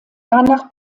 danach